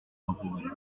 temporelle